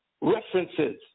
references